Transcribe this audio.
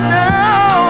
now